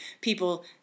people